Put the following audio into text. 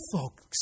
folks